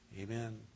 amen